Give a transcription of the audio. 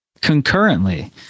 concurrently